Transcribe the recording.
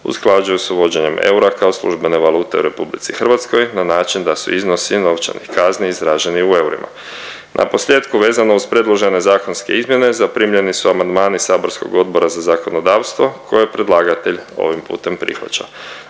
usklađuju s uvođenjem eura kao službene valute u RH na način da su iznosi novčanih kazni izraženi u eurima. Naposljetku, vezano uz predložene zakonske izmjene zaprimljeni su amandmani saborskog Odbora za zakonodavstvo koje predlagatelj ovim putem prihvaća.